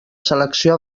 selecció